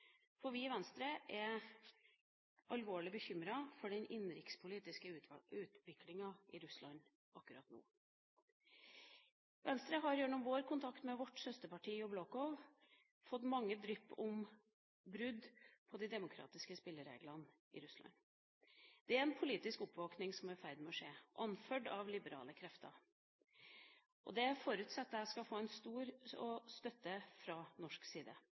for vi i Venstre er alvorlig bekymret for den innenrikspolitiske utviklinga i Russland akkurat nå. Vi i Venstre har gjennom kontakt med vårt søsterparti Yabloko fått mange drypp om brudd på de demokratiske spillereglene i Russland. Det er en politisk oppvåkning som er i ferd med å skje, anført av liberale krefter, og det forutsetter jeg skal få stor støtte fra norsk side.